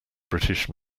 british